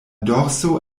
dorso